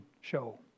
show